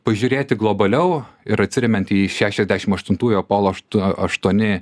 pažiūrėti globaliau ir atsiremiant į šešiasdešimt aštuntųjų apolo aštu aštuoni